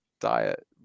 diet